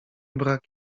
brak